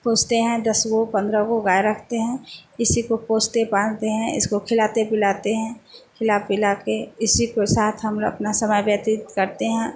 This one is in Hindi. पोसते हैं दस वो पन्द्रह को गाय रखते हैं इसी को पोसते पालते हैं इसको खिलाते पिलाते हैं खिला पिला कर इसी को साथ हम लोग अपना समय व्यतीत करते हैं